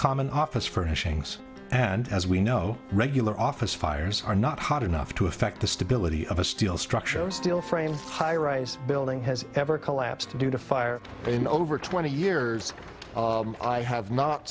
common office furnishings and as we know regular office fires are not hot enough to affect the stability of a steel structures steel frame high rise building has ever collapsed due to fire in over twenty years i have not